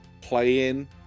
playing